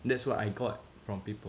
that's what I got from people